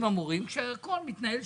לקבל עליהם